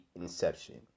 inception